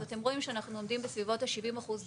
אז אתם רואים שאנחנו עומדים בסביבות ה-70 אחוז ביצועים.